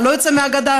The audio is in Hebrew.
אתה לא יוצא מהגדה,